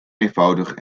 eenvoudig